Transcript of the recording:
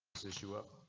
this issue up.